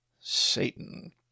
Satan